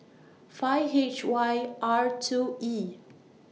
five H Y R two E